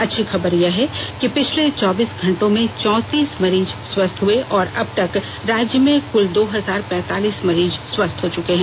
अच्छी खबर यह है कि पिछले चौबीस घंटों में चौतीस मरीज स्वस्थ हुए और अब तक राज्य में कुल दो हजार पैंतालीस मरीज स्वस्थ हो चुके हैं